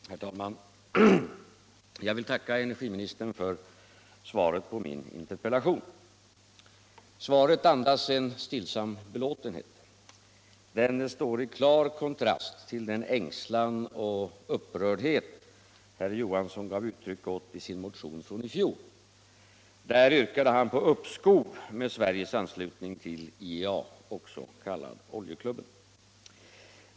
Herr talman! Jag vill tacka energiministern för svaret på min interpellation. Svaret andas en stillsam belåtenhet, som står i klar kontrast till den ängslan och upprördhet som herr Johansson gav uttryck åt i sin motion från i fjol. Där yrkade han på uppskov med Sveriges anslutning till IEA, också kallad Oljeklubben.